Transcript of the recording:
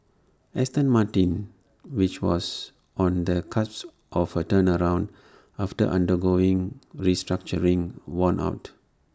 Aston Martin which was on the cusp of A turnaround after undergoing restructuring won out